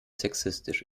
sexistisch